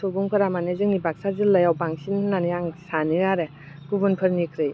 सुबुंफोरा माने जोंनि बाक्सा जिल्लायाव बांसिन होन्नानै आं सानो आरो गुबुनफोरनिख्रुइ